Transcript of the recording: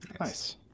Nice